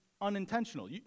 unintentional